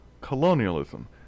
colonialism